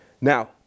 Now